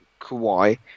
Kawhi